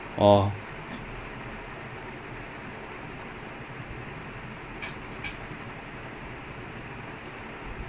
ஆனா:aanaa you have to you like with no like there is there is resume with no experience I'll send you the link leh we can do it together later